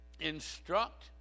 Instruct